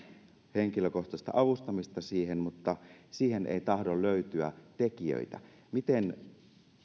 henkilökohtaista avustamista siihen mutta siihen ei tahdo löytyä tekijöitä miten